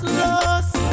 lost